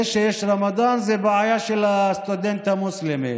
זה שיש רמדאן זאת בעיה של הסטודנט המוסלמי,